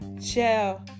Chill